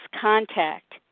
Contact